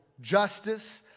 justice